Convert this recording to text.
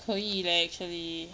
可以 leh actually